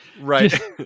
Right